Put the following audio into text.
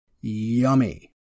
Yummy